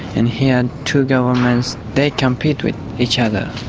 and here, two governments they compete with each other.